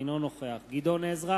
אינו נוכח גדעון עזרא